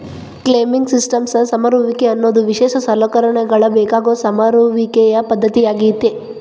climbing systems ಸಮರುವಿಕೆ ಅನ್ನೋದು ವಿಶೇಷ ಸಲಕರಣೆಗಳ ಬೇಕಾಗೋ ಸಮರುವಿಕೆಯ ಪದ್ದತಿಯಾಗೇತಿ